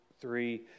three